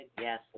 Yes